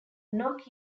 knock